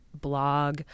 blog